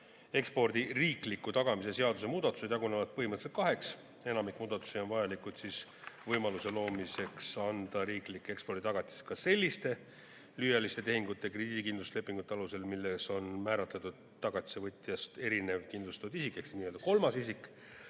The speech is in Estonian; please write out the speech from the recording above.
Ekspordi riikliku tagamise seaduse muudatused jagunevad põhimõtteliselt kaheks. Enamik muudatusi on vajalikud võimaluse loomiseks anda riiklik eksporditagatis ka selliste lühiajaliste tehingute krediidikindlustuslepingute alusel, milles on määratletud tagatisevõtjast erinev kindlustatud isik ehk nii-öelda kolmas isik,